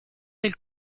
del